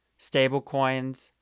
stablecoins